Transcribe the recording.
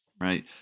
right